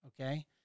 okay